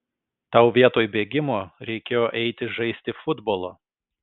tau vietoj bėgimo reikėjo eiti žaisti futbolo